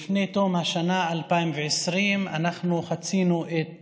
לפני תום שנת 2020 עברנו את